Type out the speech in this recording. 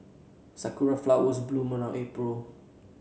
sakura flowers bloom around April